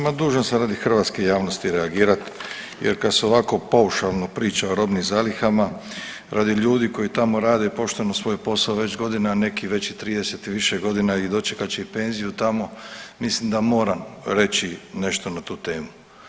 Ma dužan sam radi hrvatske javnosti reagirati jer kada se ovako paušalno priča o robnim zalihama radi ljudi koji tamo rade pošteno svoj posao već godinama, neki već i 30 i više godina i dočekat će i penziju tamo mislim da moram reći nešto na tu temu.